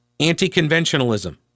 anti-conventionalism